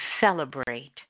celebrate